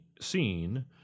seen